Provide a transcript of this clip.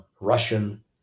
Russian